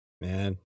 Man